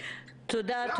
תודה.